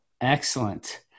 Excellent